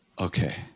Okay